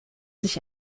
sich